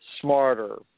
smarter